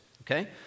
Okay